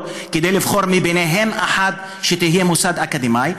כדי לבחור מהן אחת שתהיה מוסד אקדמי,